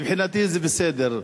מבחינתי, זה בסדר.